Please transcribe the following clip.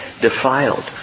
defiled